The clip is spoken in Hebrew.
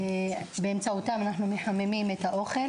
שבאמצעותם אנחנו מחממים את האוכל,